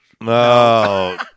No